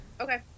Okay